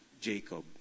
Jacob